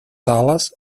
ales